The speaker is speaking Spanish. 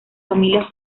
familia